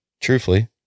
Truthfully